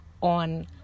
on